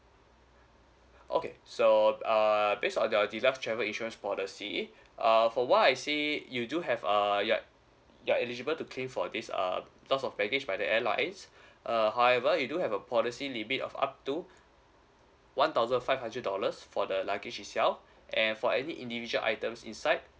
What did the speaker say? okay so uh based on the deluxe travel insurance policy uh for what I see you do have uh ya you eligible to claim for this um lost of baggage by the airlines uh however you do have a policy limit of up to one thousand five hundred dollars for the luggage itself and for any individual items inside